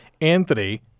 Anthony